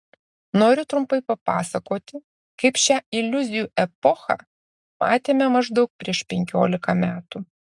noriu trumpai papasakoti kaip šią iliuzijų epochą matėme maždaug prieš penkiolika metų